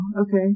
okay